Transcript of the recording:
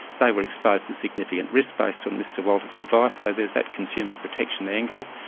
they were exposed to significant risk, based on mr walter's advice so there's that consumer protection angle.